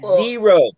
Zero